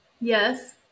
Yes